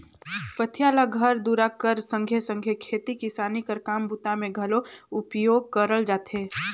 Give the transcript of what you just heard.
पथिया ल घर दूरा कर संघे सघे खेती किसानी कर काम बूता मे घलो उपयोग करल जाथे